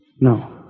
No